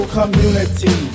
community